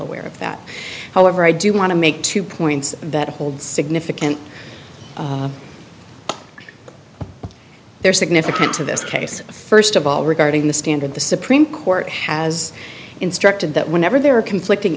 aware of that however i do want to make two points that i hold significant there's significant to this case first of all regarding the standard the supreme court has instructed that whenever there are conflicting